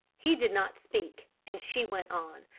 he did not speak and she went on.